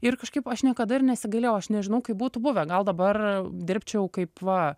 ir kažkaip aš niekada ir nesigailėjau aš nežinau kaip būtų buvę gal dabar dirbčiau kaip va